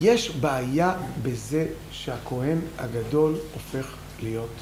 יש בעיה בזה שהכהן הגדול הופך להיות.